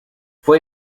fue